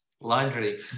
Laundry